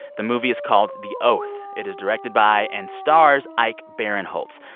the movie is called the oath. it is directed by and stars ike barinholtz.